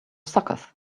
suckers